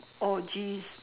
oh jeez